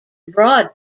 abroad